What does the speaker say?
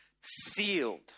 sealed